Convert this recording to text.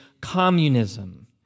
communism